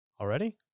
Already